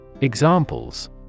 Examples